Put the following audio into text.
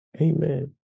amen